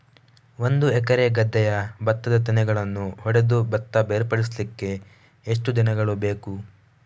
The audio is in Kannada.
ಒಂದು ಎಕರೆ ಗದ್ದೆಯ ಭತ್ತದ ತೆನೆಗಳನ್ನು ಹೊಡೆದು ಭತ್ತ ಬೇರ್ಪಡಿಸಲಿಕ್ಕೆ ಎಷ್ಟು ದಿನಗಳು ಬೇಕು?